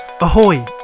Ahoy